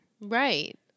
Right